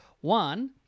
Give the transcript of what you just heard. One